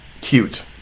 Cute